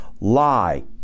lie